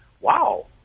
wow